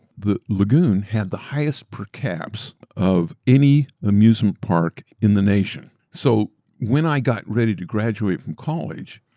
the lagoon had the highest per cap so of any amusement park in the nation. so when i got ready to graduate from college,